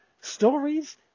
stories